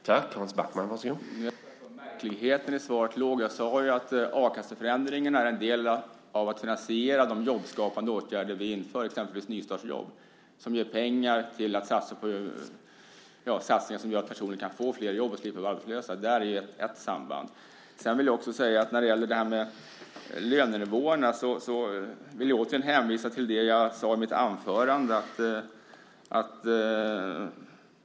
Herr talman! Jag vet inte var märkligheten i svaret låg. Jag sade ju att a-kasseförändringen är en del i att finansiera de jobbskapande åtgärder vi inför, exempelvis nystartsjobb. Detta ger pengar till satsningar som gör att personer kan få jobb och slipper vara arbetslösa. Där finns ett samband. När det gäller det här med lönenivåerna vill jag återigen hänvisa till det som jag sade i mitt anförande.